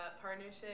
Partnership